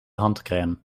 handcrème